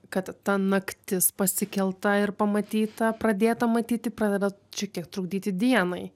kad ta naktis pasikelta ir pamatyta pradėta matyti pradeda šiek tiek trukdyti dienai